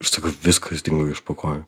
aš staiga viskas dingo iš po kojų